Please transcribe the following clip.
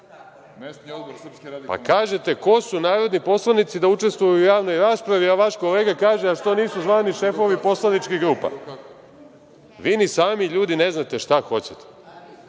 kažete - ko su narodni poslanici da učestvuju u javnoj raspravi, a vaš kolega kaže - a što nisu zvani šefovi poslaničkih grupa? Vi ni sami, ljudi, ne znate šta